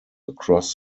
across